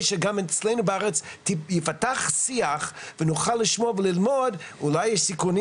שגם אצלנו בארץ יפתח שיח ונוכל לשמוע וללמוד אולי יש סיכונים